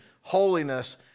holiness